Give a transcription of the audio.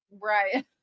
Right